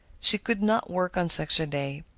she could not work on such a day,